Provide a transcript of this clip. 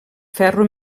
ferro